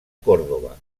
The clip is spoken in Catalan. còrdova